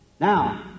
Now